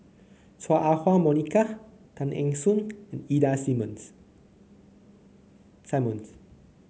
Chua Ah Huwa Monica Tay Eng Soon and Ida Simmons